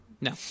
No